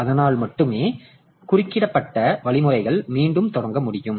அதனால் மட்டுமே குறுக்கிடப்பட்ட வழிமுறைகளை மீண்டும் தொடங்க முடியும்